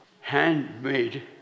handmade